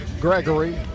Gregory